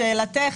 לשאלתך,